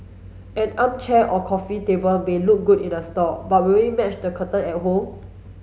an armchair or coffee table may look good in the store but will it match the curtain at home